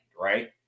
right